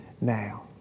now